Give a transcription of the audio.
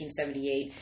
1978